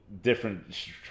different